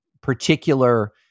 particular